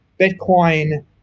Bitcoin